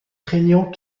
craignant